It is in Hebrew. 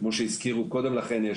כמו שהזכירו קודם לכן,